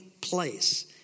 place